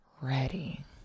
Ready